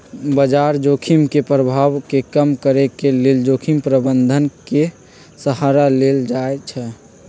बजार जोखिम के प्रभाव के कम करेके लेल जोखिम प्रबंधन के सहारा लेल जाइ छइ